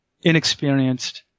inexperienced